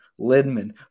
Lidman